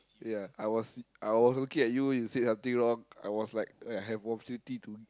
yeah I was I was looking at you you said something wrong I was like I have opportunity to